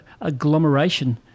agglomeration